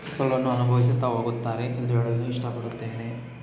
ಸೋಲನ್ನು ಅನುಭವಿಸುತ್ತಾ ಹೋಗುತ್ತಾರೆ ಎಂದು ಹೇಳಲು ಇಷ್ಟಪಡುತ್ತೇನೆ